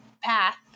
path